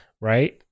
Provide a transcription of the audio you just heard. right